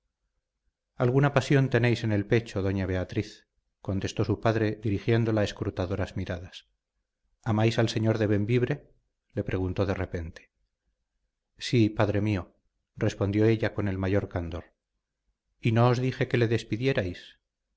alguna pasión tenéis en el pecho doña beatriz contestó su padre dirigiéndola escrutadoras miradas amáis al señor de bembibre le preguntó de repente si padre mío respondió ella con el mayor candor y no os dije que le despidierais